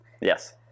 Yes